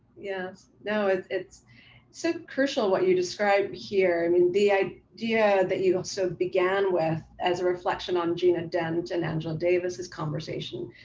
yeah, no, it's it's so crucial what you described here. i mean, the idea that you also began with as a reflection on gina dent and angela davis has conversation.